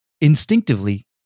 instinctively